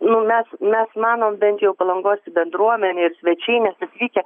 mes mes manom bent jau palangos bendruomenė ir svečiai nes atvykę